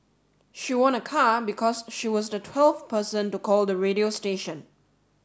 she won a car because she was the twelfth person to call the radio station